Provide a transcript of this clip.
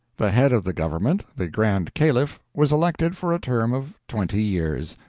the head of the government, the grand caliph, was elected for a term of twenty years.